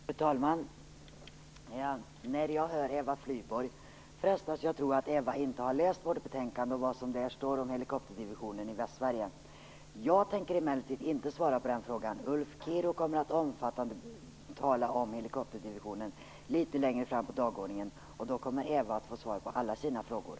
Fru talman! När jag hör Eva Flygborg frestas jag att tro att hon inte har läst betänkandet och vad som där står om helikopterdivisionen i Västsverige. Jag tänker emellertid inte svara på hennes frågor. Ulf Kero kommer att omfattande tala om helikopterdivisionen litet längre fram, och då kommer Eva Flygborg att få svar på alla sina frågor.